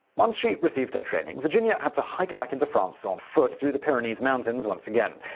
once she received her training, virginia had to hike back into france on foot through the pyrenees mountains once again.